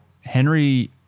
Henry